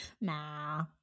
nah